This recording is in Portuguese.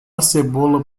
cebola